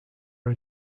are